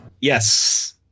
yes